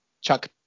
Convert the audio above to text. Chuck